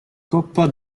coppa